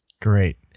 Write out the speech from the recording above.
Great